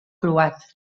croat